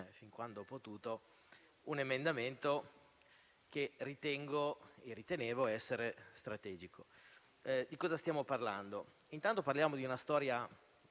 fin quando ho potuto, un emendamento che ritenevo e ritengo essere strategico. Di cosa stiamo parlando? Intanto, parliamo di una storia